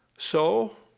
so,